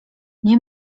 nie